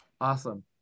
Awesome